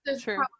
True